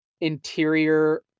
interior